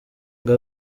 ngo